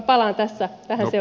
hyvin lyhyesti